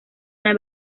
una